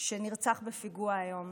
שנרצח בפיגוע היום.